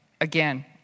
again